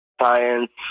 science